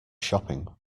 shopping